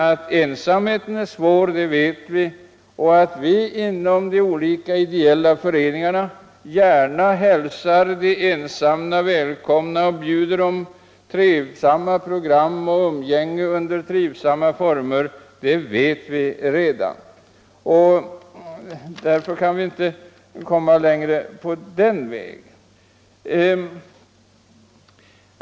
Att ensamheten är svår vet vi redan, engagemang och att de olika ideella föreningarna gärna hälsar ensamma människor välkomna och bjuder dem trevliga program och umgänge under trivsamma former vet vi också. Därför kan vi inte komma längre på den vägen.